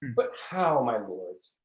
but how, my lords,